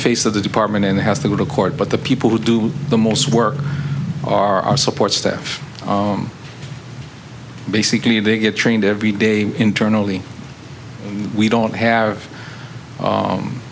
face of the department and has to go to court but the people who do the most work are our support staff basically they get trained every day internally we don't have